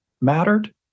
mattered